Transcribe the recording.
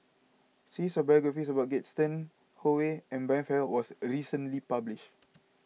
series of biographies about Gaston Howe and Brian Farrell was a recently published